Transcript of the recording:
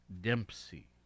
Dempsey